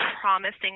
promising